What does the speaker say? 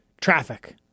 Traffic